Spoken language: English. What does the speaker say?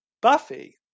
Buffy